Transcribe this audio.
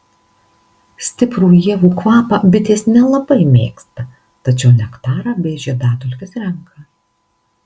stiprų ievų kvapą bitės nelabai mėgsta tačiau nektarą bei žiedadulkes renka